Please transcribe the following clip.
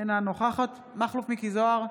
אינה נוכחת מכלוף מיקי זוהר,